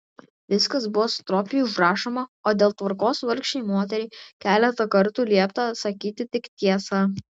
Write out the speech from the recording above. viskas buvo stropiai užrašoma o dėl tvarkos vargšei moteriai keletą kartų liepta sakyti tik tiesą